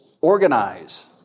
Organize